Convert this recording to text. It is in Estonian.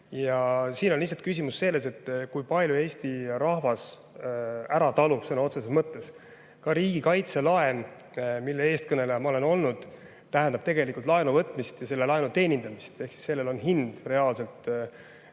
rohkem. Lihtsalt küsimus on selles, kui palju Eesti rahvas talub, sõna otseses mõttes. Ka riigikaitselaen, mille eestkõneleja ma olen olnud, tähendab tegelikult laenu võtmist ja selle laenu teenindamist. Ehk sellel on hind, reaalselt,